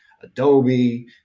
Adobe